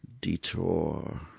Detour